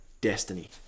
destiny